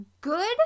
good